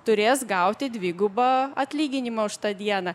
turės gauti dvigubą atlyginimą už tą dieną